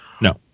no